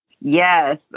Yes